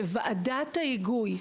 שוועדת ההיגוי,